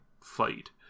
fight